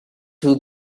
two